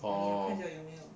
orh